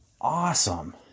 awesome